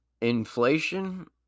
Inflation